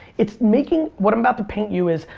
it's making, what i'm about to paint you is,